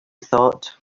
thought